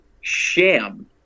sham